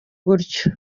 gutyo